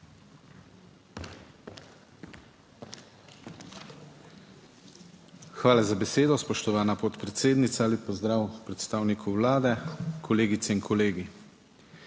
Hvala za besedo, spoštovana podpredsednica. Lep pozdrav predstavniku Vlade, kolegice in kolegi!